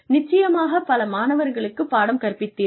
நிச்சயமாக பல மாணவர்களுக்கு பாடம் கற்பித்தீர்கள்